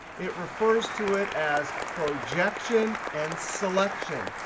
it refers to it as projection and selection.